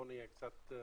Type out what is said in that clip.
בוא נהיה קצת מציאותיים,